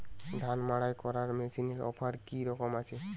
ধান মাড়াই করার মেশিনের অফার কী রকম আছে?